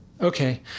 Okay